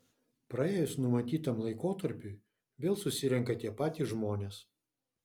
praėjus numatytam laikotarpiui vėl susirenka tie patys žmonės